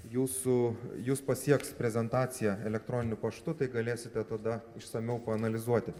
jūsų jus pasieks prezentacija elektroniniu paštu tai galėsite tada išsamiau paanalizuoti